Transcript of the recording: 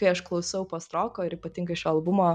kai aš klausau postroko ir ypatingai šio albumo